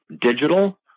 digital